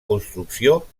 construcció